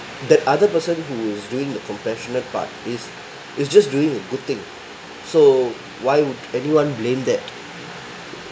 that other person who is doing the compassionate but this is just doing a good thing so why would anyone blame that